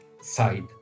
side